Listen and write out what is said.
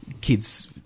kids